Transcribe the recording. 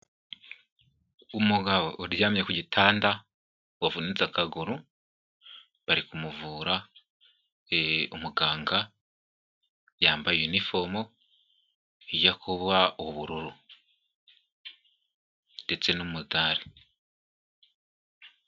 Umugabo uryamye ku gitanda wavunitse akaguru, bari kumuvura, eeeeh umuganga yambaye inifomu zijya kuba ubururu ya ubururu ndetse n'umudari